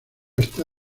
está